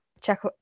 check